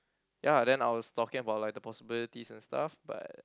ya then I was talking about like the possibilities and stuff but